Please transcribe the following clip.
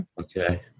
Okay